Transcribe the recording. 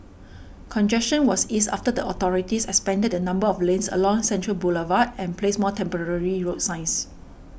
congestion was eased after the authorities expanded the number of lanes along Central Boulevard and placed more temporary road signs